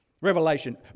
Revelation